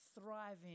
thriving